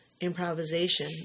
improvisation